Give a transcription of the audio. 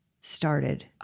started